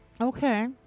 Okay